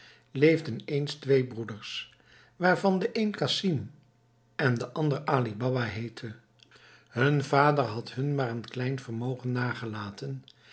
leefden eens twee broeders waarvan de een casim en de ander ali baba heette hun vader had hun maar een klein vermogen nagelaten